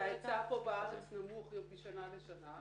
וההיצע פה בארץ נמוך משנה לשנה.